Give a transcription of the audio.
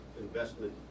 investment